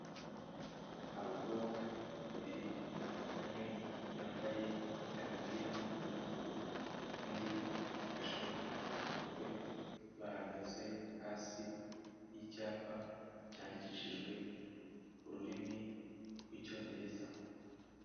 Abakobwa babiri umwe yambaye agapira k'umutuku undi yifashe ku mutwe, bahagaze hasi y'icyapa cyandikishijwe ururimi rw'Icyongereza.